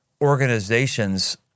organizations